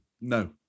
No